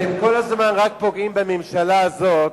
אתם כל הזמן רק רק פוגעים בממשלה הזאת.